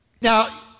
Now